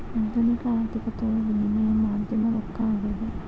ಆಧುನಿಕ ಆರ್ಥಿಕತೆಯೊಳಗ ವಿನಿಮಯ ಮಾಧ್ಯಮ ರೊಕ್ಕ ಆಗ್ಯಾದ